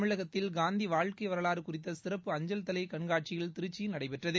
தமிழகத்தில் காந்தி வாழ்க்கை வரலாறு குறித்த சிறப்பு அஞ்சல் தலை கண்காட்சி திருச்சியில் நடைபெற்றது